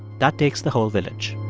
that takes the whole village